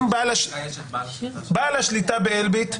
אם בעל השליטה באלביט,